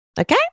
Okay